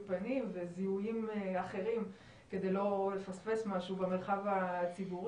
פנים וזיהויים אחרים כדי לא לפספס משהו במרחב הציבורי.